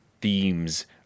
themes